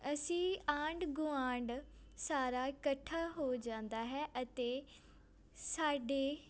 ਅਸੀਂ ਆਂਢ ਗੁਆਂਢ ਸਾਰਾ ਇਕੱਠਾ ਹੋ ਜਾਂਦਾ ਹੈ ਅਤੇ ਸਾਡੇ